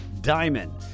Diamond